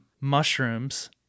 mushrooms